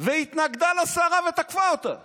והיא התנגדה לשרה ותקפה אותה